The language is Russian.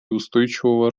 устойчивого